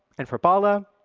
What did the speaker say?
and for balla,